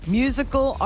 musical